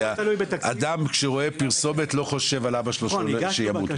כשאדם רואה בפרסומת לא חושב על אבא שלו שימות מחר.